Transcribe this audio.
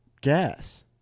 gas